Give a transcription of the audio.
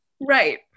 right